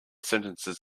sentences